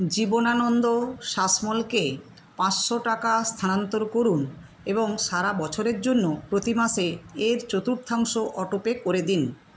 জীবনানন্দ শাসমলকে পাঁচশো টাকা স্থানান্তর করুন এবং সারা বছরের জন্য প্রতি মাসে এর চতুর্থাংশ অটোপে করে দিন